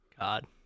God